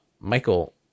Michael